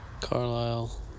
Carlisle